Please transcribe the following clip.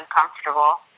uncomfortable